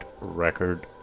record